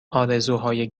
آرزوهای